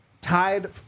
tied